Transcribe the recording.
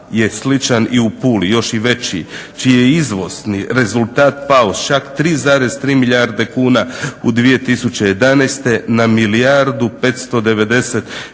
je sličan i Puli, još i veći, čiji je izvozni rezultat pao s čak 3,3 milijarde kuna u 2011. na milijardu 590